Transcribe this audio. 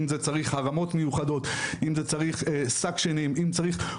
אם צריך הרמות מיוחדות אם צריך שאיבות,